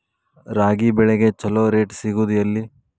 ರಾಗಿ ಬೆಳೆಗೆ ಛಲೋ ರೇಟ್ ಸಿಗುದ ಎಲ್ಲಿ?